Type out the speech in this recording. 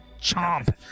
Chomp